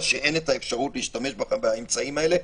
שאין את האפשרות להשתמש באמצעים האלה,